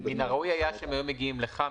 מן הראוי היה שהם היו מגיעים לכאן.